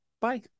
bye